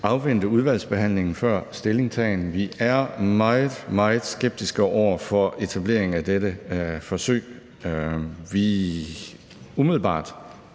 afvente udvalgsbehandlingen før stillingtagen. Vi er meget, meget skeptiske over for etableringen af dette forsøg. Umiddelbart